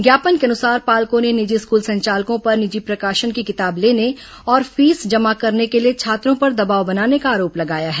ज्ञापन के अनुसार पालकों ने निजी स्कूल संचालकों पर निजी प्रकाशन की किताब लेने और फीस जमा करने के लिए छात्रों पर दबाव बनाने का आरोप लगाया है